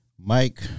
Mike